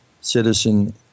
citizen